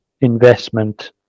investment